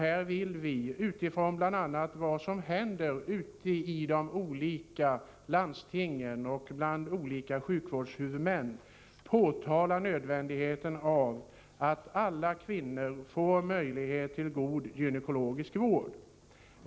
Här vill vi bl.a. utifrån vad som händer i de olika landstingen och under olika sjukvårdshuvudmän betona nödvändigheten av att alla kvinnor får möjlighet till god gynekologisk vård.